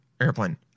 airplane